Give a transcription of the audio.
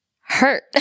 hurt